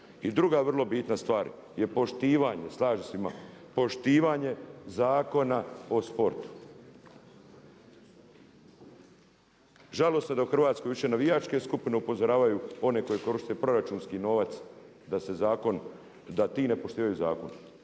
I druga vrlo bitna stvar je poštivanje, slažem se sa svima poštivanje Zakona o sportu. Žalosno je da u Hrvatskoj više navijačke skupine upozoravaju one koje koriste proračunski novac da se zakon, da ti ne poštivaju zakon.